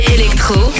Electro